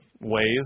ways